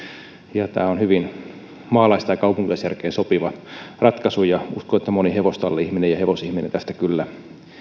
ja tämä on hyvin maalais tai kaupunkilaisjärkeen sopiva ratkaisu ja uskon että moni hevostalli ihminen ja hevosihminen tästä kyllä